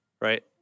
right